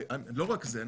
ולא רק זה,